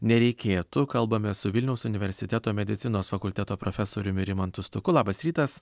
nereikėtų kalbame su vilniaus universiteto medicinos fakulteto profesoriumi rimantu stuku labas rytas